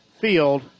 Field